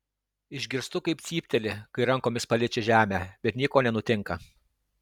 išgirstu kaip cypteli kai rankomis paliečia žemę bet nieko nenutinka